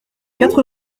quatre